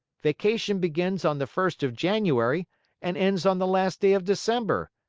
vacation begins on the first of january and ends on the last day of december.